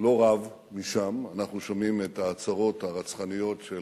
לא רב משם אנחנו שומעים את ההצהרות הרצחניות של